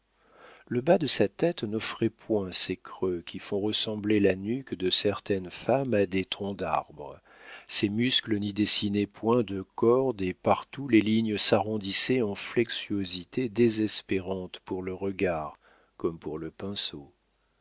le bas de sa tête n'offrait point ces creux qui font ressembler la nuque de certaines femmes à des troncs d'arbres ses muscles n'y dessinaient point de cordes et partout les lignes s'arrondissaient en flexuosités désespérantes pour le regard comme pour le pinceau